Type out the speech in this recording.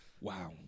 Wow